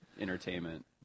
entertainment